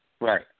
Right